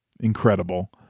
incredible